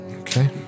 Okay